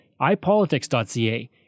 iPolitics.ca